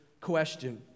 question